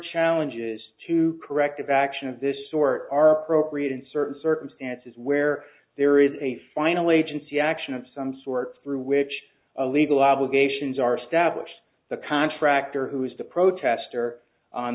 challenges to corrective action of this sort are appropriate in certain circumstances where there is a final agency action of some sort through which a legal obligations are established the contractor who is the protester on